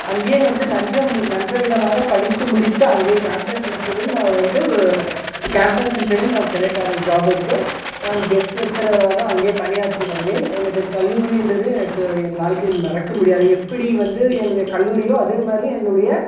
அங்கேயே வந்து நன்ற விதமாக படித்து முடித்து அங்கே கேம்பஸ் இன்டெர்வியூவில் நான் வந்து கேம்பஸ் இன்டெர்வியூவில் நான் செலெக்ட் ஆகினேன் ஜாபுக்கு நான் கெஸ்ட் லெக்சரராக அங்கே பணியாற்றி வந்தேன் எனக்கு கல்லூரி என்பது எனக்கு என் வாழ்க்கையில் மறக்க முடியாது எப்படி வந்து என்னுடைய கல்லூரியோ அதேமாதிரி என்னுடைய